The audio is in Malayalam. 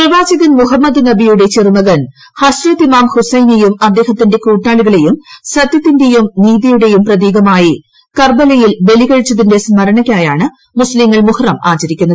പ്രവാചകൻ മുഹമ്മദ് നബിയുടെ ചെറുമകൻ ഹസ്റത് ഇമാം ഹുസൈനേയും അദ്ദേഹത്തിന്റെ കൂട്ടാളികളെയും സത്യത്തിന്റെയും നീതിയുടെയും പ്രതീകമായി കർബലയിൽ ബലികഴിച്ചതിന്റെ സ്മരണയ്ക്കായാണ് മുസ്തീംഗങ്ങൾ മുഹ്റം ആചരിക്കുന്നത്